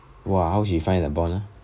!wah! how she find the bond ah